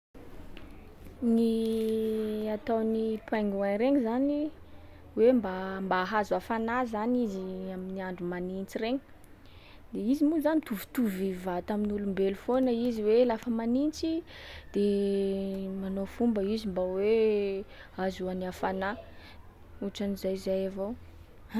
Gny ataon’ny pingouin regny zany, hoe mba- mba hahazo hafanà zany izy amin’ny andro manintsy regny, de izy moa zany mitovitovy vata amin’olombelo foana izy hoe laaa manintsy, de manao fomba izy mba hoe ahazoany hafanà, ohatran’zay- zay avao.